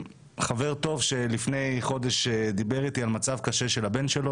חבר טוב שלפני חודש דיבר איתי על מצב קשה של הבן שלו,